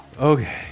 Okay